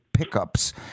pickups